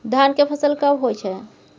धान के फसल कब होय छै?